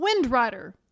Windrider